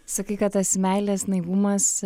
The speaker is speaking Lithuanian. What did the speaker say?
sakei kad tas meilės naivumas